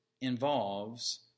involves